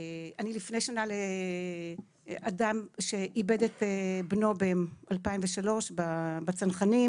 אני, לפני שנה, לאדם שאיבד את בנו ב-2003 בצנחנים